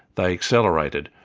they accelerated,